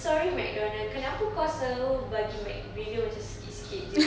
sorry McDonald's kenapa kau selalu bagi mcgriddles macam sikit sikit jer